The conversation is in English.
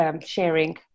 sharing